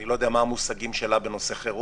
אני לא יודע מה המושגים שלה בנושא חירום.